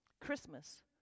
Christmas